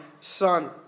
son